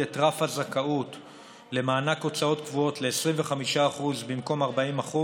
את רף הזכות למענק הוצאות קבועות ל-25% במקום 40%